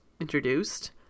introduced